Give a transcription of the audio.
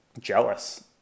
jealous